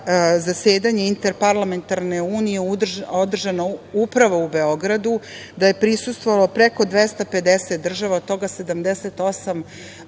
zasedanje Interparlamentarne unije održano upravo u Beogradu, da je prisustvovalo preko 250 država, od toga 78